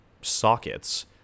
sockets